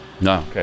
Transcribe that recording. No